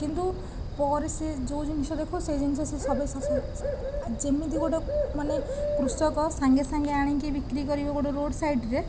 କିନ୍ତୁ ପରେ ସେ ଯେଉଁ ଜିନିଷ ଦେଖାଉଛି ସେ ଜିନିଷ ସେ ସବୁ ଆଉ ଯେମିତି ଗୋଟିଏ ମାନେ କୃଷକ ସାଙ୍ଗେ ସାଙ୍ଗେ ଆଣିକି ବିକ୍ରି କରିବ ଗୋଟିଏ ରୋଡ଼ ସାଇଡ଼୍ରେ